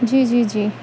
جی جی جی